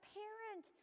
parent